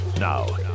Now